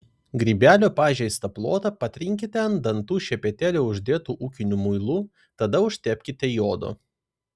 grybelio pažeistą plotą patrinkite ant dantų šepetėlio uždėtu ūkiniu muilu tada užtepkite jodo